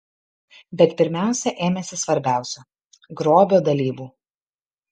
bet pirmiausia ėmėsi svarbiausio grobio dalybų